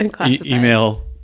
Email